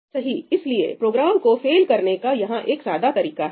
सही इसलिए प्रोग्राम को फेल करने का यहां यह एक सादा तरीका है